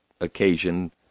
occasion